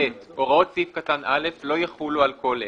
(ב) הוראות סעיף קטן (א) לא יחולו על כל אלה: